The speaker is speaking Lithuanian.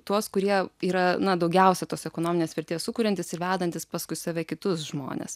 tuos kurie yra na daugiausia tos ekonominės vertės sukuriantys ir vedantys paskui save kitus žmones